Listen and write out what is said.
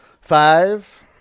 Five